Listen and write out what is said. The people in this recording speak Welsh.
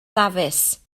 dafis